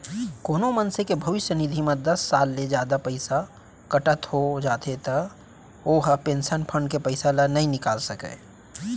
कोनो मनसे के भविस्य निधि म दस साल ले जादा पइसा कटत हो जाथे त ओ ह पेंसन फंड के पइसा ल नइ निकाल सकय